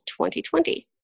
2020